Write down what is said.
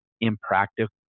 impractical